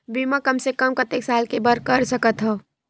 बीमा कम से कम कतेक साल के बर कर सकत हव?